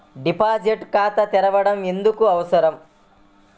Deposit ఖాతా తెరవడం ఎందుకు అవసరం?